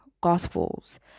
gospels